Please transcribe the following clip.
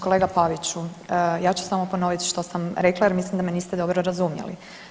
Kolega Paviću, ja ću samo ponoviti što sam rekla jer mislim da me niste dobro razumjeli.